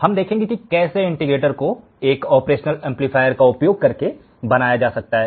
हम देखेंगे कि कैसे इंटीग्रेटर को एक ऑपरेशनल एम्पलीफायर का उपयोग करके बनाया जा सकता है